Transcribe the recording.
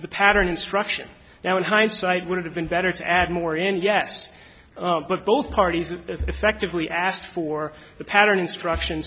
the pattern instruction now in hindsight would it have been better to add more in yes but both parties are effectively asked for the pattern instruction